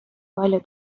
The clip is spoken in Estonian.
palju